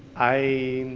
i,